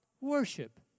worship